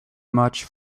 much